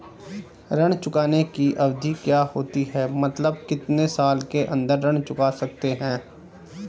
ऋण चुकाने की अवधि क्या होती है मतलब कितने साल के अंदर ऋण चुका सकते हैं?